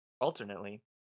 Alternately